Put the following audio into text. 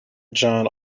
john